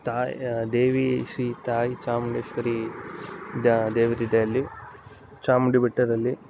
ತಾಯಿ ದೇವಿ ಶ್ರೀ ತಾಯಿ ಚಾಮುಂಡೇಶ್ವರಿ ದ ದೇವರಿದೆ ಅಲ್ಲಿ ಚಾಮುಂಡಿ ಬೆಟ್ಟದಲ್ಲಿ